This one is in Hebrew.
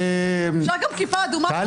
אפשר גם כיפה אדומה ואגדה